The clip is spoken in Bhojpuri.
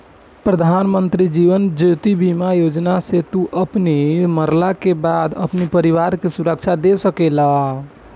प्रधानमंत्री जीवन ज्योति बीमा योजना से तू अपनी मरला के बाद अपनी परिवार के सुरक्षा दे सकेला